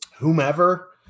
Whomever